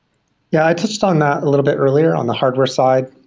yeah, i touched on that a little bit earlier on the hardware side.